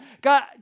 God